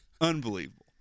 Unbelievable